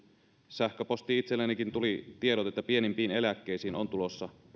sähköposti itsellenikin tuli tiedote siitä että pienimpiin eläkkeisiin on tulossa